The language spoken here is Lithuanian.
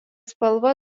spalva